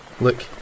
Look